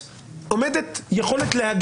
בעיניי ההסכם היה לא